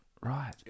Right